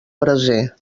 braser